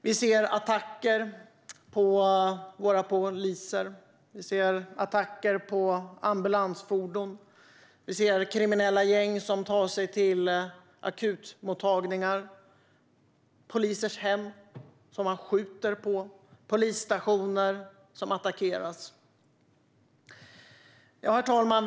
Vi ser attacker på våra poliser. Vi ser attacker på ambulansfordon. Vi ser kriminella gäng som tar sig till akutmottagningar. Vi ser att man skjuter på polisers hem och att polisstationer attackeras. Herr talman!